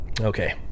okay